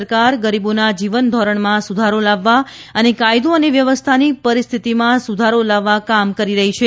સરકાર ગરીબોના જીવન ધોરણમાં સુધારો લાવવા અને કાયદો અને વ્યવસ્થાની પરિસ્થિમાં સુધારો લાવવા કામ કરી રહી છે